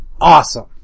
Awesome